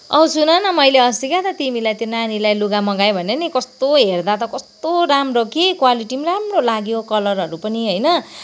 औ सुन न मैले अस्ति क्या त तिमीलाई त्यो नानीलाई लुगा मगायो भनेँ नि कस्तो हेर्दा त कस्तो राम्रो कि क्वालिटी पनि राम्रो लाग्यो कलरहरू पनि होइन